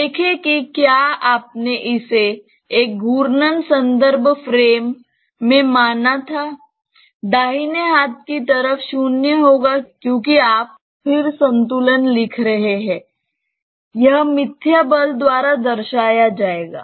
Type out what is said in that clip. देखें कि क्या आपने इसे एक घूर्णन संदर्भ फ्रेम में माना था दाहिने हाथ की तरफ 0 होगा क्योंकि आप स्थिर संतुलन लिख रहे हैं यह मिथ्या बल द्वारा दर्शाया जाएगा